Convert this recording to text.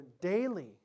daily